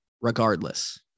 regardless